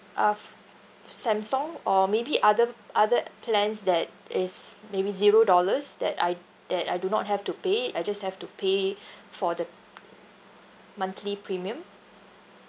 uh f~ Samsung or maybe other other plans that is maybe zero dollars that I that I do not have to pay I just have to pay for the monthly premium